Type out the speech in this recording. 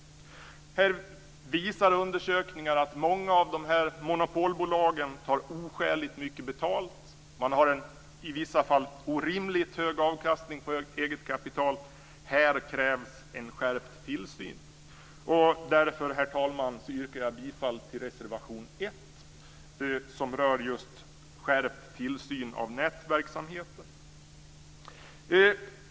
Här visar undersökningar att många av monopolbolagen tar oskäligt mycket betalt. De har en i vissa fall orimligt hög avkastning på eget kapital. Här krävs en skärpt tillsyn. Därför, herr talman, yrkar jag bifall till reservation 1, som rör just skärpt tillsyn av nätverksamheten.